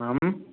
आम्